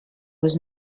was